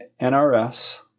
NRS